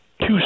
two